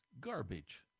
garbage